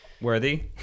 worthy